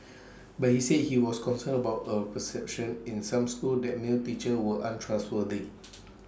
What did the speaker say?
but he said he was concerned about A perception in some schools that male teachers were untrustworthy